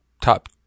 top